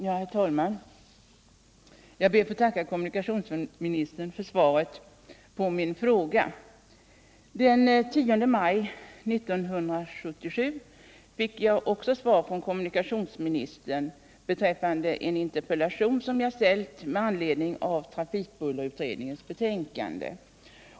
Herr talman! Jag ber att få tacka kommunikationsministern för svaret på min fråga. Den 10 maj 1977 fick jag också svar från kommunikationsministern på en interpellation som jag ställt med anledning av trafikbullerutredningens betänkande.